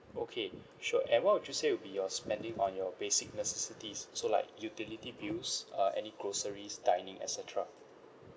okay sure and what would you say would be your spending on your basic necessities so like utility bills uh any groceries dining et cetera